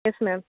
yes ma'am